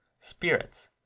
spirits